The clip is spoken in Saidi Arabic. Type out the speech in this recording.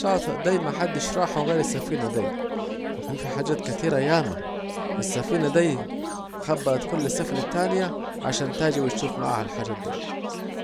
الشاطئ دي محدش راحوا غير السفينة دي، وكان في حاجات ياما، السفينة دي خبرت كل السفن التانية عشان تاجي وتشوف معاها الحاجات دي